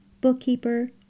bookkeeper